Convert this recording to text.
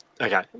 Okay